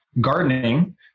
gardening